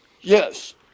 Yes